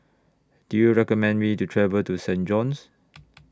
Do YOU recommend Me to travel to Saint John's